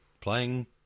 playing